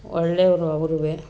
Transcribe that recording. ಒಳ್ಳೆಯವ್ರು ಅವ್ರೂ